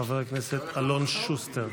חבר הכנסת אלון שוסטר.